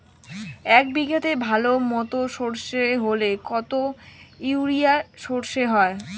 এক বিঘাতে ভালো মতো সর্ষে হলে কত ইউরিয়া সর্ষে হয়?